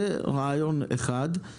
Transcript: זה רעיון אחד,